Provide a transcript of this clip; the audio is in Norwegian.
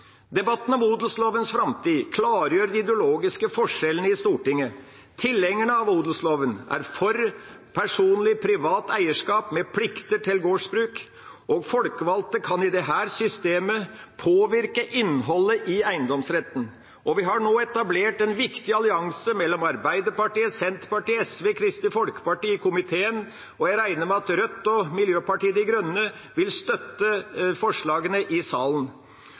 Debatten om odelslovens framtid klargjør de ideologiske forskjellene i Stortinget. Tilhengerne av odelsloven er for personlig privat eierskap med plikter til gårdsbruk, og folkevalgte kan i dette systemet påvirke innholdet i eiendomsretten. Vi har nå etablert en viktig allianse mellom Arbeiderpartiet, Senterpartiet, SV og Kristelig Folkeparti i komiteen, og jeg regner med at Rødt og Miljøpartiet De Grønne vil støtte forslagene i salen.